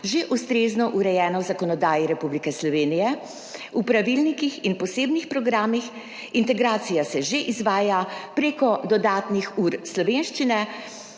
že ustrezno urejeno v zakonodaji Republike Slovenije, v pravilnikih in posebnih programih. Integracija se že izvaja preko dodatnih ur slovenščine,